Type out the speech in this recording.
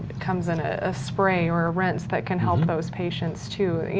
comes in a spray or rinse that can help those patient, too.